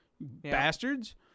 bastards